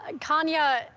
Kanya